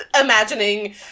imagining